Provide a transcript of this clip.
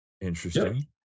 interesting